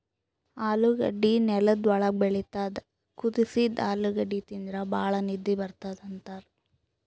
ಆಲೂಗಡ್ಡಿ ನೆಲ್ದ್ ಒಳ್ಗ್ ಬೆಳಿತದ್ ಕುದಸಿದ್ದ್ ಆಲೂಗಡ್ಡಿ ತಿಂದ್ರ್ ಭಾಳ್ ನಿದ್ದಿ ಬರ್ತದ್ ಅಂತಾರ್